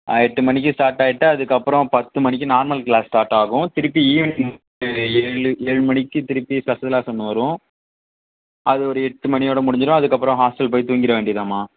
எட்டு மணிக்கு ஸ்டார்ட் ஆகிட்டு அதுக்கப்பறம் பத்து மணிக்கு நார்மல் கிளாஸ் ஸ்டார்ட் ஆகும் திருப்பி ஈவினிங் ஏழு ஏழு மணிக்கு திருப்பி ஸ்பெஷல் கிளாஸ் ஒன்று வரும் அது ஒரு எட்டு மணியோட முடிஞ்சிடும் அதுக்கப்புறம் ஹாஸ்ட்டல் போய் தூங்கிட வேண்டியதாம்மா